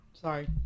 Sorry